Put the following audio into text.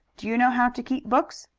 do you know how to keep books?